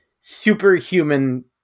superhuman